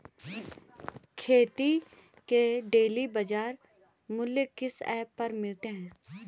खेती के डेली बाज़ार मूल्य किस ऐप पर मिलते हैं?